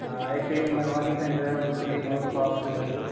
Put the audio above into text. हाँ एचडी में बनवानी पेन ड्राइव जो क्लीन हो सॉफ्ट दे दे